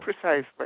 Precisely